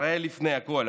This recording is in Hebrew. ישראל לפני הכול,